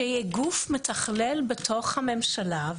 שיהיה גוף מתכלל בתוך הממשלה.